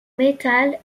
métal